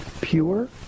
pure